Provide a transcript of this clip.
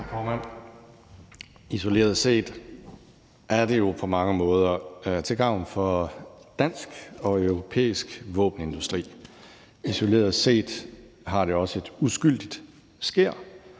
Isoleret set er det jo på mange måder til gavn for dansk og europæisk våbenindustri, isoleret set har det også et uskyldigt skær,